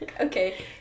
Okay